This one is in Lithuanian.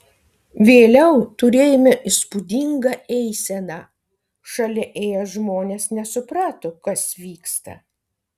vėliau turėjome įspūdingą eiseną šalia ėję žmonės nesuprato kas vyksta